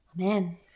Amen